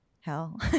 hell